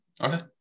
Okay